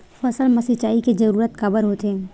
फसल मा सिंचाई के जरूरत काबर होथे?